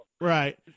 right